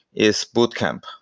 is boot camp.